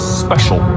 special